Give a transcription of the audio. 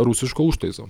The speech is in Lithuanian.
rusiško užtaiso